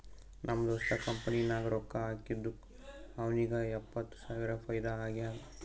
ನಮ್ ದೋಸ್ತ್ ಕಂಪನಿ ನಾಗ್ ರೊಕ್ಕಾ ಹಾಕಿದ್ದುಕ್ ಅವ್ನಿಗ ಎಪ್ಪತ್ತ್ ಸಾವಿರ ಫೈದಾ ಆಗ್ಯಾದ್